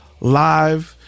live